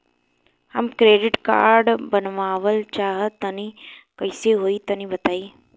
हम credit card बनवावल चाह तनि कइसे होई तनि बताई?